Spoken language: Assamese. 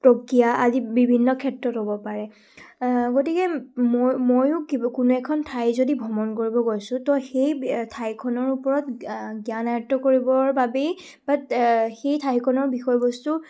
প্ৰক্ৰিয়া আদি বিভিন্ন ক্ষেত্ৰত হ'ব পাৰে গতিকে মই ময়ো কোনো এখন ঠাই যদি ভ্ৰমণ কৰিব গৈছোঁ তো সেই ঠাইখনৰ ওপৰত জ্ঞান আয়ত্ব কৰিবৰ বাবেই বাট সেই ঠাইখনৰ বিষয়বস্তু